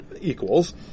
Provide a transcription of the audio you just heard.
equals